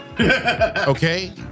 Okay